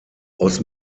aus